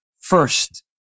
first